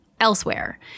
elsewhere